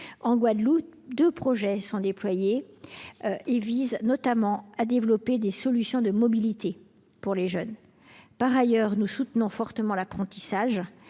En Guadeloupe, deux projets sont déployés. Ils visent notamment à développer des solutions de mobilités pour les jeunes. Par ailleurs, nous soutenons fortement l’apprentissage,